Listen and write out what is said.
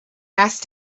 asked